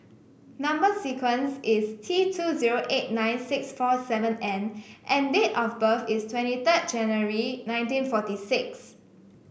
number sequence is T two zero eight nine six four seven N and date of birth is twenty third January nineteen forty six